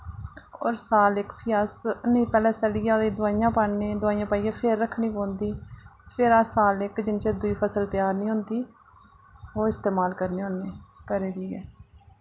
और साल इक फ्ही अस निं पैह्ले स'लियै ओह्दे दोआइयां पा'ने दोआइयां पाइयै फ्ही रक्खने पौंदी फिर अस साल इक जिन्ने चिर दूई फसल त्यार नेईं होंदी ओह् इस्तेमाल करने होन्ने घरै दी गै